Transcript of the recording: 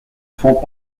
font